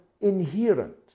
inherent